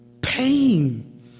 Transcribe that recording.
pain